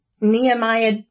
Nehemiah